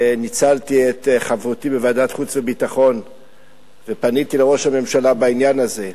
ניצלתי את חברותי בוועדת חוץ וביטחון ופניתי אל ראש הממשלה בעניין הזה.